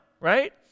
right